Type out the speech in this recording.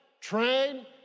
train